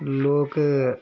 लोक